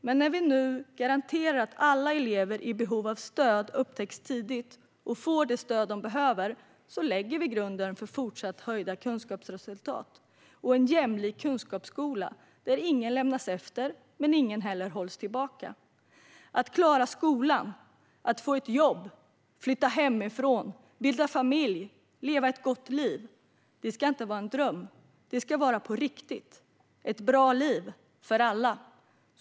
Men när vi nu garanterar att alla elever i behov av stöd upptäcks tidigt och får det stöd de behöver lägger vi grunden för fortsatt höjda kunskapsresultat och en jämlik kunskapsskola där ingen lämnas efter och ingen heller hålls tillbaka. Att klara skolan, få ett jobb, flytta hemifrån, bilda familj och leva ett gott liv ska inte vara en dröm. Det ska vara på riktigt - ett bra liv för alla.